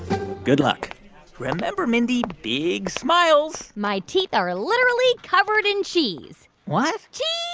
good luck remember, mindy, big smiles my teeth are literally covered in cheese what? cheese